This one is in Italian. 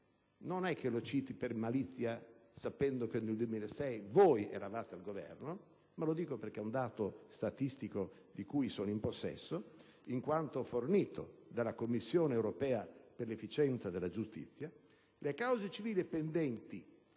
non lo dico per malizia, sapendo che nel 2006 voi eravate al Governo, lo dico perché è un dato statistico di cui sono in possesso, in quanto fornito dalla Commissione europea per l'efficienza della giustizia - le cause civili pendenti